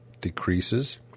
decreases